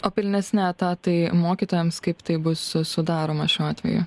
o pilnesni etatai mokytojams kaip tai bus sudaroma šiuo atveju